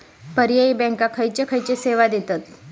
पर्यायी बँका खयचे खयचे सेवा देतत?